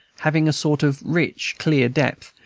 having a sort of rich, clear depth,